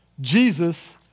Jesus